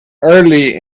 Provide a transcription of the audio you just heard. early